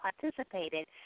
participated